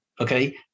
okay